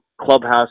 Clubhouse